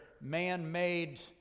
man-made